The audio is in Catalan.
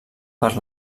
per